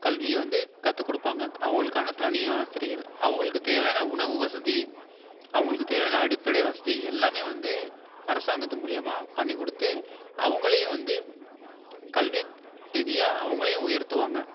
கல்வியை வந்து கற்று கொடுப்பாங்க அவங்களுக்கான தனி ஆசிரியர் அவங்களுக்கு தேவையான உணவு வசதி அவங்களுக்கு தேவையான அடிப்படை வசதி எல்லாமே வந்து அரசாங்கத்து மூலயமா பண்ணி கொடுத்து அவர்களையும் வந்து கல்வி ரீதியாக அவர்களையும் உயர்த்துவாங்க